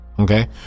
Okay